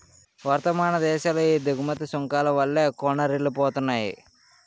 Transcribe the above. వర్థమాన దేశాలు ఈ దిగుమతి సుంకాల వల్లే కూనారిల్లిపోతున్నాయి